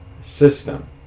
system